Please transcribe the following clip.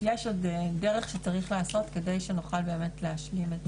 יש עוד דרך שצריך לעשות כדי שנוכל באמת להשלים את